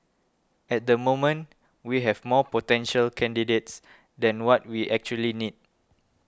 at the moment we have more potential candidates than what we actually need